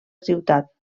ciutat